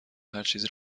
هرچیزی